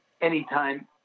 anytime